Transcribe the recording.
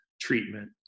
treatment